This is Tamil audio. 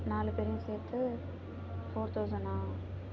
நாலு பேரையும் சேர்த்து ஃபோர் தௌசண்ட்னால்